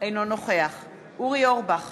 אינו נוכח אורי אורבך,